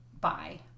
bye